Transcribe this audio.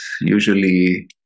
usually